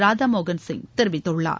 ராதாமோகன் சிங் தெரிவித்துள்ளார்